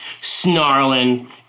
snarling